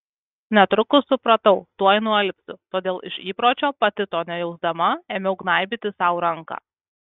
netrukus supratau tuoj nualpsiu todėl iš įpročio pati to nejausdama ėmiau gnaibyti sau ranką